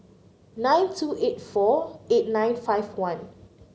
nine two eight four eight nine five one